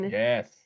yes